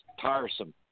tiresome